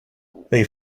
they